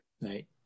Right